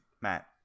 Matt